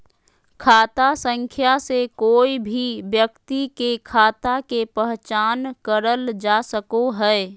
खाता संख्या से कोय भी व्यक्ति के खाता के पहचान करल जा सको हय